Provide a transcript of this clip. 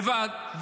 לבד,